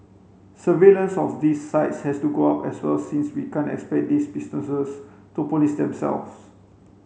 surveillance of these sites has to go up as well since we can't expect these businesses to police themselves